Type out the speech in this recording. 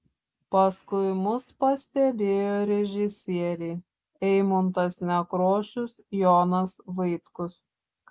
paskui mus pastebėjo režisieriai eimuntas nekrošius jonas vaitkus